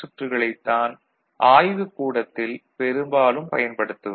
சுற்றுகளைத் தான் ஆய்வுக்கூடத்தில் பெரும்பாலும் பயன்படுத்துவர்